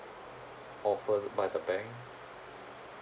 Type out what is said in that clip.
offered by the bank